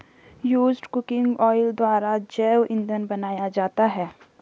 used cooking oil द्वारा जैव इंधन बनाया जाता है